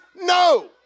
No